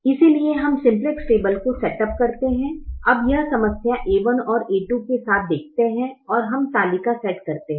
इसलिए हम simplex table को सेटअप करते हैं हम यह समस्या a1 और a2 के साथ देखते हैं और हम तालिका सेट करते हैं